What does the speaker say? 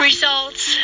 Results